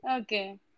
Okay